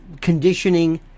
conditioning